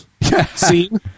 scene